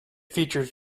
features